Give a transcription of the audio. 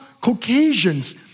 Caucasians